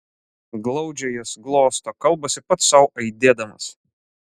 glaudžia jas glosto kalbasi pats sau aidėdamas